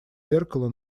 зеркало